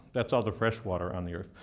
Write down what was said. that's all the fresh water on the earth.